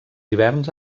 hiverns